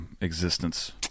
existence